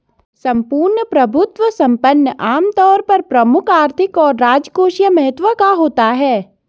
सम्पूर्ण प्रभुत्व संपन्न आमतौर पर प्रमुख आर्थिक और राजकोषीय महत्व का होता है